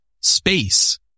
space